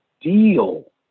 deal